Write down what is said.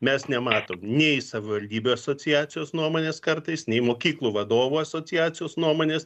mes nematom nei savivaldybių asociacijos nuomonės kartais nei mokyklų vadovų asociacijos nuomonės